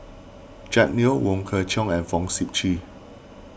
Jack Neo Wong Kwei Cheong and Fong Sip Chee